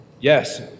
Yes